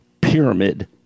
pyramid